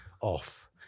off